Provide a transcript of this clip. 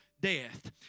death